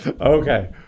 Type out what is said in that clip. Okay